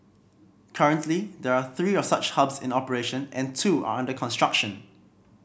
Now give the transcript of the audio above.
currently there are three of such hubs in operation and two are under construction